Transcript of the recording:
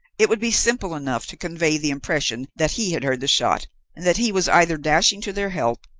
it would be simple enough to convey the impression that he had heard the shot, and that he was either dashing to their help,